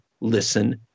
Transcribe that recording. listen